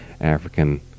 African